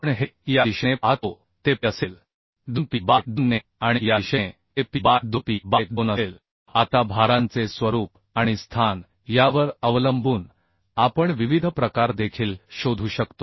आपण हे या दिशेने पाहतो ते P असेल 2 P बाय 2 ने आणि या दिशेने ते P बाय 2 P बाय 2 असेल आता भारांचे स्वरूप आणि स्थान यावर अवलंबून आपण विविध प्रकार देखील शोधू शकतो